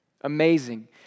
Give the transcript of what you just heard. amazing